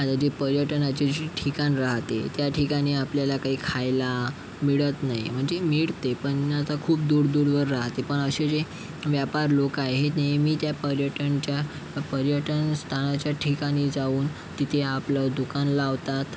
आता जी पर्यटनाची जी ठिकाण राहते त्या ठिकाणी आपल्याला काही खायला मिळत नाही म्हणजे मिळते पण आता खूप दूर दूरवर राहते पण असे जे व्यापारी लोक आहेत हे नेहमी त्या पर्यटनच्या पर्यटन स्थानाच्या ठिकाणी जाऊन तिथे आपलं दुकान लावतात